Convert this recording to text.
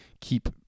keep